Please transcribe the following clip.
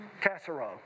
casserole